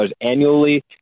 annually